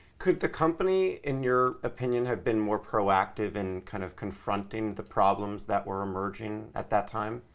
could the company in your opinion have been more proactive in kind of confronting the problems that were emerging at that time?